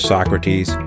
Socrates